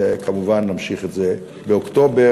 וכמובן נמשיך את זה באוקטובר.